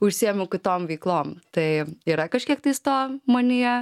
užsiėmiau kitom veiklom tai yra kažkiek tais to manyje